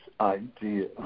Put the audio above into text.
idea